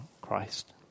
Christ